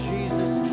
Jesus